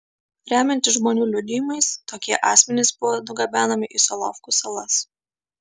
remiantis žmonių liudijimais tokie asmenys buvo nugabenami į solovkų salas